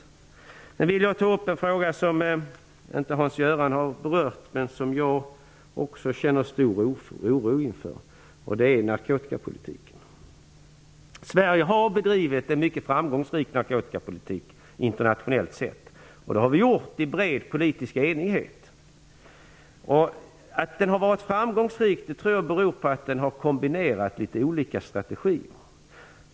Sedan vill jag ta upp en fråga som Hans Göran Franck inte berörde men där jag känner stor oro. Det är narkotikapolitiken. Sverige har bedrivit en mycket framgångsrik narkotikapolitik internationellt sett. Det har vi gjort i bred politisk enighet. Att den har varit framgångsrik beror på att man har kombinerat litet olika strategier.